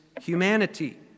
humanity